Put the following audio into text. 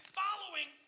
following